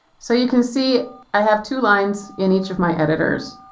so you can see i have two lines in each of my editors.